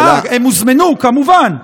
שאלה, אה, הם הוזמנו, כמובן.